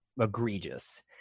egregious